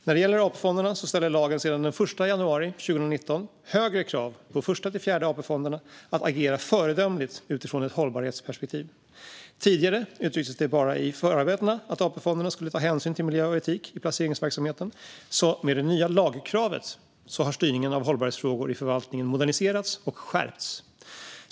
När det gäller AP-fonderna ställer lagen sedan den 1 januari 2019 högre krav på Första-Fjärde AP-fonden att agera föredömligt utifrån ett hållbarhetsperspektiv. Tidigare uttrycktes det endast i förarbetena att AP-fonderna skulle ta hänsyn till miljö och etik i placeringsverksamheten, så med det nya lagkravet har styrningen av hållbarhetsfrågor i förvaltningen moderniserats och skärpts.